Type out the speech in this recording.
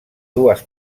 dues